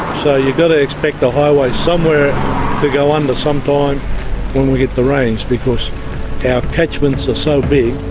so you've got to expect the highway somewhere to go under sometime when we get the rains, because our catchments are so big.